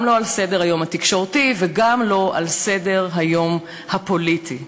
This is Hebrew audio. גם לא על סדר-היום התקשורתי וגם לא על סדר-היום הפוליטי.